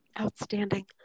Outstanding